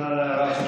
תודה על הערה שלך.